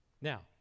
Now